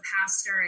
pastor